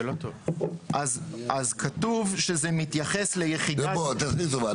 אז כתוב שזה מתייחס --- תעשה לי טובה,